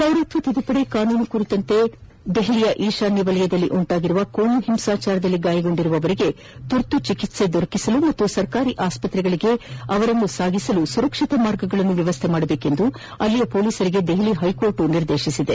ಪೌರತ್ವ ತಿದ್ದುಪಡಿ ಕಾನೂನು ಕುರಿತಂತೆ ದೆಹಲಿಯ ಈಶಾನ್ಯ ಭಾಗದಲ್ಲಿ ಉಂಟಾಗಿರುವ ಕೋಮು ಹಿಂಸಾಚಾರದಲ್ಲಿ ಗಾಯಗೊಂಡಿರುವವರಿಗೆ ತುರ್ತು ಚಿಕಿತ್ಸೆ ದೊರಕಿಸಲು ಹಾಗೂ ಸರ್ಕಾರಿ ಆಸ್ಪತ್ತೆಗಳಿಗೆ ಸುರಕ್ಷಿತ ಮಾರ್ಗಗಳನ್ನು ವ್ಯವಸ್ಥೆಗೊಳಿಸಬೇಕು ಎಂದು ಪೊಲಿಸರಿಗೆ ದೆಹಲಿ ಹೈಕೋರ್ಟ್ ನಿರ್ದೇಶನ ನೀಡಿದೆ